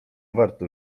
warto